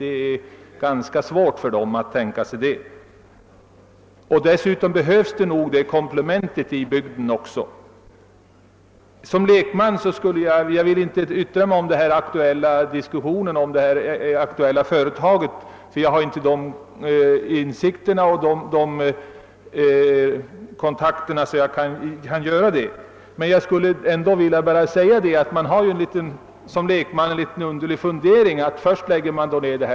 Det är nog svårt för vederbörande att tänka sig någonting sådant. Dessutom behövs den industriella verksamheten som ett komplement i bygden. Som lekman vill jag inte yttra mig om det aktuella företaget, eftersom jag inte har de nödvändiga insikterna och kontakterna, men även en lekman kan undra över det riktiga i att först Tegeforsverken och sedan.